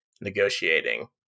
negotiating